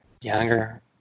younger